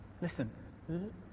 Listen